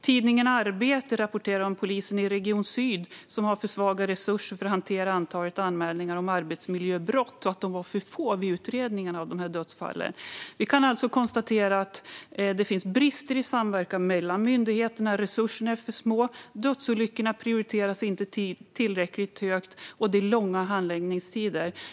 Tidningen Arbetet rapporterar om polisen i Region Syd som har för svaga resurser för att hantera antalet anmälningar om arbetsmiljöbrott och att de var för få vid utredningarna av de här dödsfallen. Vi kan alltså konstatera att det finns brister i samverkan mellan myndigheterna. Resurserna är för små, dödsolyckorna prioriteras inte tillräckligt högt och det är långa handläggningstider.